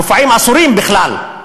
מופעים אסורים בכלל,